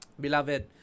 Beloved